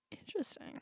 interesting